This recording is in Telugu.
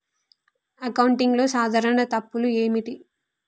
అకౌంటింగ్లో సాధారణ తప్పులు ఏమిటి?